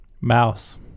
Mouse